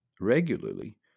regularly